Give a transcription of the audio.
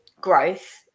growth